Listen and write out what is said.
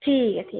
ठीक ऐ ठीक